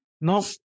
No